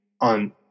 on